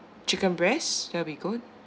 chicken breast that'll be good